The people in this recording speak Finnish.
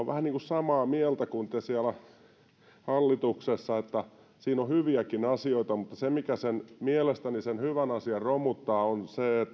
vähän niin kuin samaa mieltä kuin te siellä hallituksessa että siinä on hyviäkin asioita mutta mikä mielestäni sen hyvän asian romuttaa on se että se oppivelvollisuuden